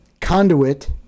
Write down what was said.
Conduit